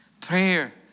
Prayer